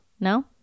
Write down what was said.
No